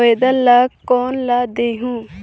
आवेदन ला कोन ला देहुं?